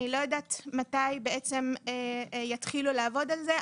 אני לא יודעת מתי הם יתחילו לעבוד על זה.